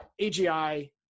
AGI